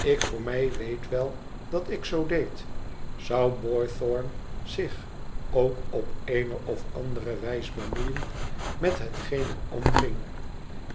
ik voor mij weet wel dat ik zoo deed zou boythorn zich ook op eene of andere wijs bemoeien met hetgeen er omging